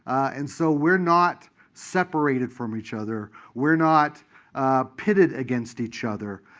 and so we're not separated from each other. we're not pitted against each other.